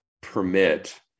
permit